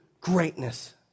greatness